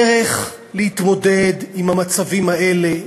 הדרך להתמודד עם המצבים האלה,